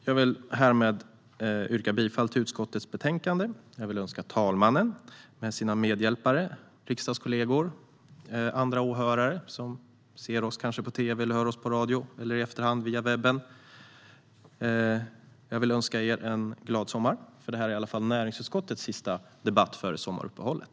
Jag vill härmed yrka bifall till utskottets förslag och önska talmannen med medhjälpare, riksdagskollegor och åhörare som kanske ser oss på tv eller hör oss i radio eller i efterhand via webben en glad sommar, för det här är i alla fall näringsutskottets sista debatt före sommaruppehållet.